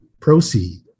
proceed